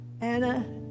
Anna